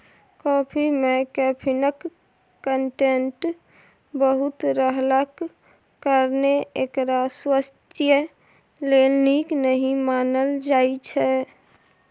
coffee मे कैफीनक content बहुत रहलाक कारणेँ एकरा स्वास्थ्य लेल नीक नहि मानल जाइ छै